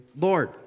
lord